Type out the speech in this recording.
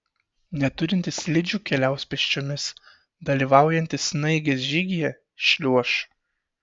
neturintys slidžių keliaus pėsčiomis dalyvaujantys snaigės žygyje šliuoš